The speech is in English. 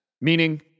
Meaning